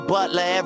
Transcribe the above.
Butler